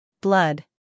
Blood